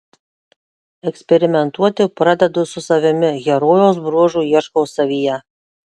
eksperimentuoti pradedu su savimi herojaus bruožų ieškau savyje